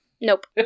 Nope